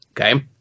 Okay